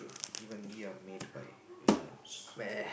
even we are made by humans